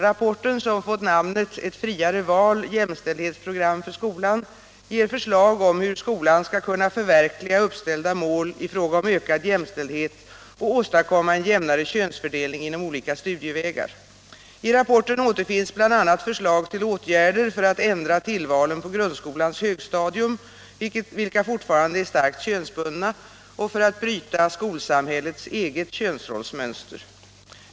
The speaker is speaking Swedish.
Rapporten, som fått namnet ”Ett friare val — jämställdhetsprogram för skolan”, ger förslag om hur skolan skall kunna förverkliga uppställda mål i fråga om ökad jämställdhet och åstadkomma en jämnare könsfördelning inom olika studievägar. I rapporten återfinns bl.a. förslag till åtgärder för att ändra tillvalen på grundskolans högstadium, vilka fortfarande är starkt könsbundna, och för att bryta skolsamhällets eget könsrollsmönster.